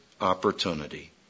opportunity